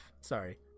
sorry